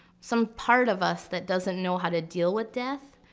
some part of us that doesn't know how to deal with death.